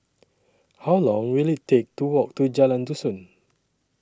How Long Will IT Take to Walk to Jalan Dusun